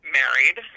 married